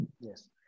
Yes